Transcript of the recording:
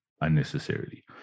unnecessarily